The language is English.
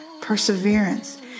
perseverance